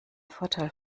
vorteil